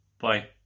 Bye